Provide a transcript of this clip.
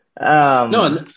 No